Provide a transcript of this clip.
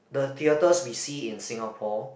the theatres we see in Singapore